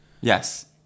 Yes